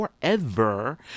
forever